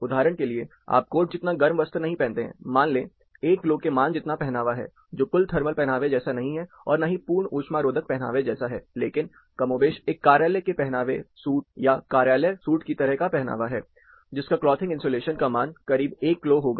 उदाहरण के लिए आप कोट जितना गर्म वस्त्र नहीं पहनते हैं मान ले 1 क्लो के मान जितना पहनावा है जो कुल थर्मल पहनावे जैसा नहीं है और ना ही पूर्ण ऊष्मा रोधक पहनावे जैसा है लेकिन कमोबेश एक कार्यालय के लिए पहनावे सूट या कार्यालय सूट की तरह का पहनावा है जिसका क्लॉथिंग इंसुलेशन का मान करीब 1 क्लो होगा